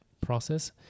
process